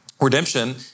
Redemption